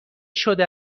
شده